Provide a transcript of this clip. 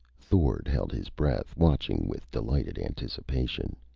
thord held his breath, watching with delighted anticipation.